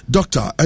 Doctor